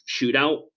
shootout